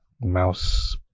mouse